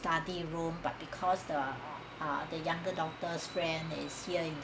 study room but because the ah younger daughters friend is here to